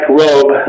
robe